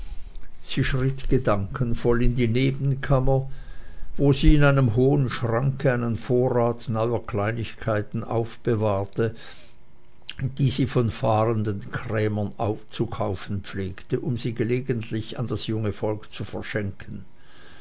sie schritt gedankenvoll in die nebenkammer wo sie in einem hohen schranke einen vorrat neuer kleinigkeiten aufbewahrte die sie von fahrenden krämern zu kaufen pflegte um sie gelegentlich an das junge volk zu verschenken